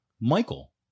Michael